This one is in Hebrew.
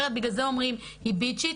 בגלל זה אומרים: היא ביצ'ית,